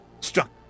Struck